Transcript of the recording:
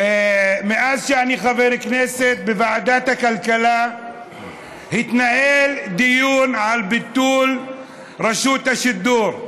מאז שאני חבר כנסת בוועדת הכלכלה התנהל דיון על ביטול רשות השידור.